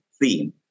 theme